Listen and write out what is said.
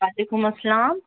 و علیکم السلام